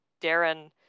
Darren